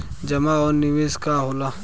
जमा और निवेश का होला?